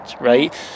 right